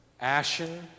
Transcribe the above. ashen